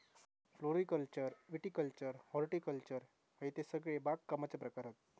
floriculture viticulture horticulture हयते सगळे बागकामाचे प्रकार हत